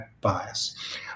bias